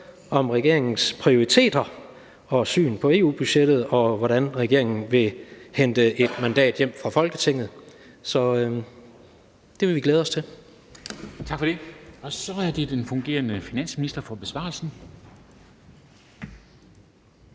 om regeringens prioriteter og syn på EU-budgettet og om, hvordan regeringen vil hente et mandat hjem fra Folketinget. Så det vil vi glæde os til. Kl. 13:02 Formanden (Henrik Dam Kristensen): Tak for det. Så er det den fungerende finansminister for besvarelse.